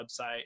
website